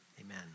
amen